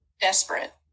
desperate